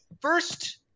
first